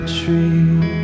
tree